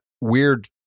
weird